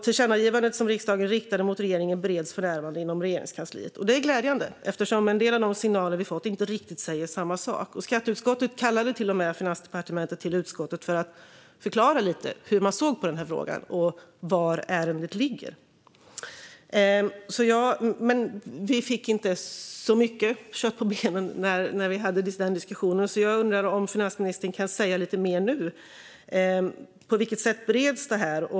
Tillkännagivandet som riksdagen riktade till regeringen bereds för närvarande inom Regeringskansliet. Det är glädjande eftersom en del av de signaler vi fått inte riktigt tyder på samma sak. Skatteutskottet kallade till och med Finansdepartementet till utskottet för att förklara hur man såg på frågan och var ärendet ligger. Vi fick inte så mycket kött på benen när vi hade den diskussionen, så jag undrar om finansministern kan säga lite mer nu. På vilket sätt bereds detta?